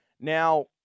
Now